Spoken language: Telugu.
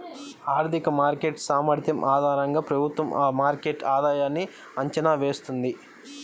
ఆర్థిక మార్కెట్ సామర్థ్యం ఆధారంగా ప్రభుత్వం ఆ మార్కెట్ ఆధాయన్ని అంచనా వేస్తుంది